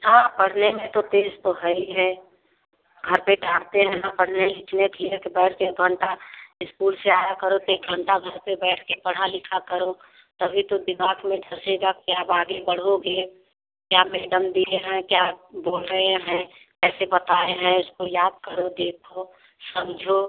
हाँ पढ़ने में तो तेज़ तो हई है घर बैठाते हैं न पढ़ने लिखने के लिए तो बैठ कर एक घंटा इस्कूल से आया करो तो एक घंटा घर पर बैठ कर पढ़ा लिखा करो तभी तो दिमाग में धँसेगा कि अब आगे बढ़ोगे क्या मैडम दिए हैं क्या बोल रहे हैं कैसे बताए है इसको याद करोगे तो समझो